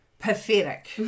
pathetic